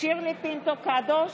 שירלי פינטו קדוש,